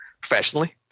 professionally